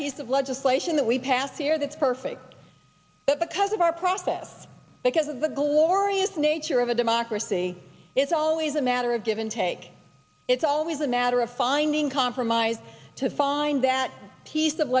piece of legislation that we passed here that's perfect but because of our practice because of the glorious nature of a democracy it's always a matter of give and take it's always a matter of finding compromise to find that piece of